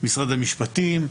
משרד המשפטים,